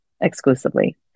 exclusively